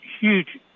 huge